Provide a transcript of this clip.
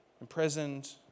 imprisoned